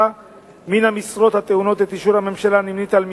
מן המשרות הטעונות את אישור הממשלה הנמנית עם משרדו,